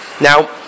Now